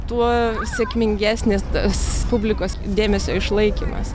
tuo sėkmingesnis tas publikos dėmesio išlaikymas